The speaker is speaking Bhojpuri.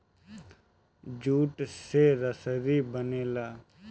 जूट से रसरी बनेला